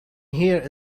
here